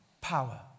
power